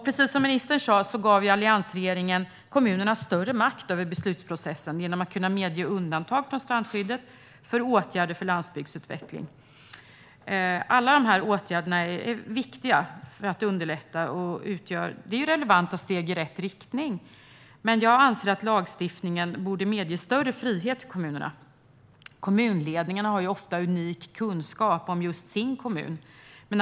Precis som ministern sa gav alliansregeringen kommunerna större makt över beslutsprocessen genom möjligheten att medge undantag från strandskyddet för åtgärder för landsbygdsutveckling. Alla dessa åtgärder är viktiga för att underlätta detta, och de är relevanta steg i rätt riktning. Jag anser dock att lagstiftningen borde ge större frihet till kommunerna. Kommunledningarna har ju ofta unik kunskap om just sina kommuner.